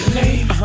name